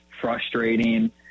frustrating